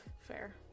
fair